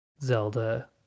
Zelda